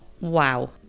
Wow